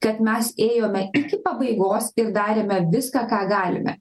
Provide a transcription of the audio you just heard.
kad mes ėjome iki pabaigos ir darėme viską ką galime